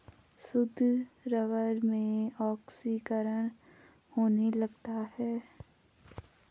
शुद्ध रबर में ऑक्सीकरण होने लगता है